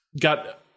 got